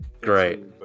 Great